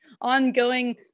ongoing